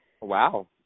Wow